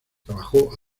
trabajó